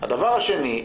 הדבר השני,